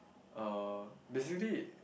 uh basically